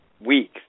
week